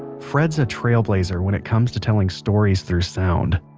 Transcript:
fred's a trailblazer when it comes to telling stories through sound.